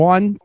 One